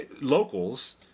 locals